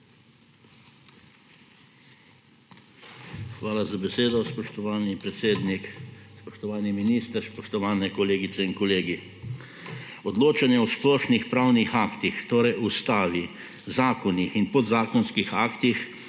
Hvala za besedo, spoštovani predsednik. Spoštovani minister, spoštovane kolegice in kolegi! Za odločanje o splošnih pravnih aktih, torej ustavi, zakonih in podzakonskih aktih,